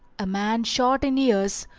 a man shot in years,